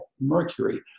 mercury